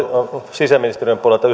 sisäministeriön puolelta